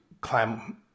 climb